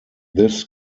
this